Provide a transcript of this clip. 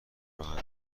راه